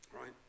right